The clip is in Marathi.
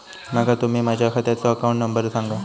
माका तुम्ही माझ्या खात्याचो अकाउंट नंबर सांगा?